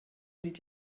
sieht